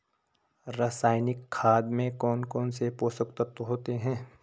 रासायनिक खाद में कौन कौन से पोषक तत्व होते हैं?